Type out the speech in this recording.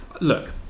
look